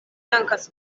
dankas